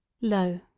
Lo